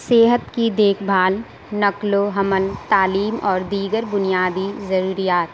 صحت کی دیکھ بھال نقل و حمل تعلیم اور دیگر بنیادی ضروریات